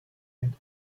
and